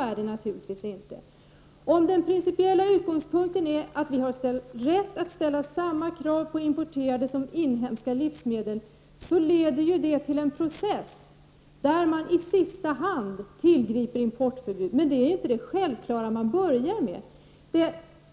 Det går naturligtvis inte. Om den principiella utgångspunkten är den att vi har rätt att ställa samma krav på importerade livsmedel som på inhemska livsmedel leder detta till en process, där man i sista hand tillgriper importförbud. Men detta är inte det som man självklart börjar med.